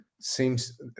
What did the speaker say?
seems